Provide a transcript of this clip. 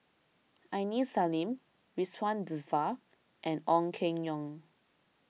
Aini Salim Ridzwan Dzafir and Ong Keng Yong